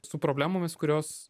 su problemomis kurios